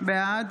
בעד